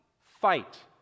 fight